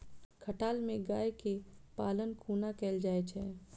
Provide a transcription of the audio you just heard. खटाल मे गाय केँ पालन कोना कैल जाय छै?